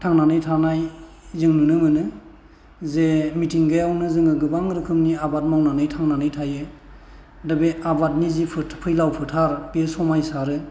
थांनानै थानाय जों नुनो मोनो जे मिथिंगायावनो जोङो गोबां रोखोमनि आबाद मावनानै थांनानै थायो दा बे आबादनि जि फैलाव फोथार बेयो समायसारो